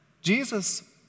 Jesus